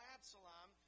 Absalom